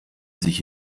sich